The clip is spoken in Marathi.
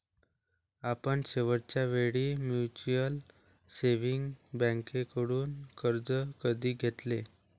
आपण शेवटच्या वेळी म्युच्युअल सेव्हिंग्ज बँकेकडून कर्ज कधी घेतले?